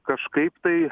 kažkaip tai